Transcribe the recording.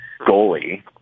goalie